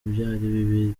byari